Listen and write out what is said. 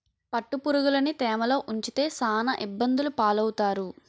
పట్టుపురుగులుని తేమలో ఉంచితే సాన ఇబ్బందులు పాలవుతారు